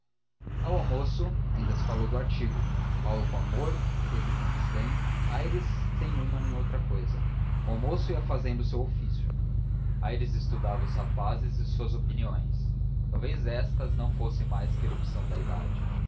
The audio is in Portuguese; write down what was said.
memorial ao almoço ainda se falou do artigo paulo com amor pedro com desdém aires sem uma nem outra cousa o almoço ia fazendo o seu ofício aires estudava os dous rapazes e suas opiniões talvez estas não passassem de uma erupção de pele da